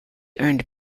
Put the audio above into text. earned